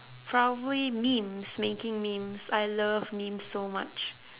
probably memes making memes I love memes so much